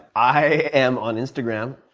i am on instagram.